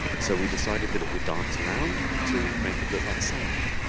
so we decided that it would dance around to make it look like sound.